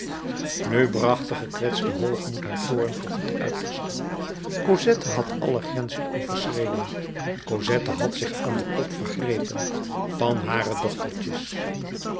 nu bracht de gekwetste hoogmoed haar toorn tot het uiterste cosette had alle grenzen overschreden cosette had zich aan de pop vergrepen van hare dochtertjes